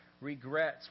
regrets